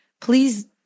Please